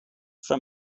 from